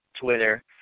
Twitter